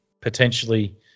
potentially